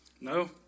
No